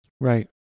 Right